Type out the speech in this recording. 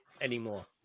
anymore